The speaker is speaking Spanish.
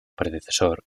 predecesor